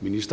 Bek):